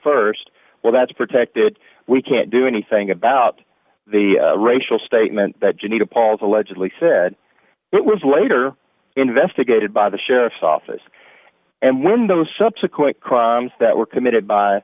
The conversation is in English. st well that's protected we can't do anything about the racial statement that you need to paul's allegedly said it was later investigated by the sheriff's office and when those subsequent crimes that were committed by